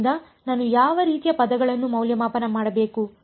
ಆದ್ದರಿಂದ ನಾನು ಯಾವ ರೀತಿಯ ಪದಗಳನ್ನು ಮೌಲ್ಯಮಾಪನ ಮಾಡಬೇಕು